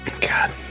God